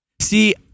See